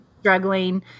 struggling